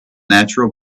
natural